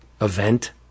event